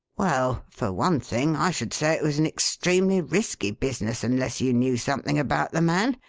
well, for one thing, i should say it was an extremely risky business unless you knew something about the man.